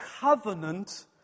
Covenant